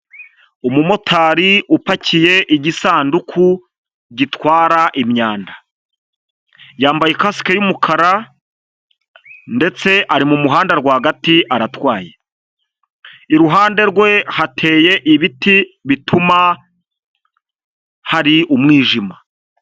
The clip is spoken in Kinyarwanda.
Umumotari upakiye igisanduku gitwara imyanda, yambaye ikasike y'umukara ndetse ari mumuhanda rwagati aratwaye, iruhande rwe hateye ibiti bituma hari umwijima.